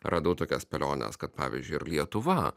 radau tokias spėliones kad pavyzdžiui ir lietuva